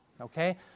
Okay